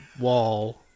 wall